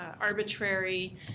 arbitrary